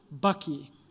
Bucky